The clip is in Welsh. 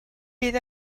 bydd